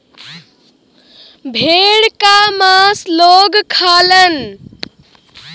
भेड़ क मांस लोग खालन